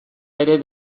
ere